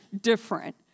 different